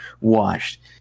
washed